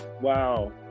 Wow